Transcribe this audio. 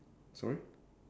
sorry